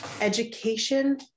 education